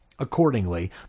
Accordingly